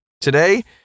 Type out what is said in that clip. Today